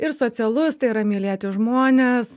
ir socialus tai yra mylėti žmones